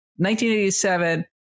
1987